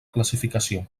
classificació